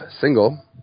single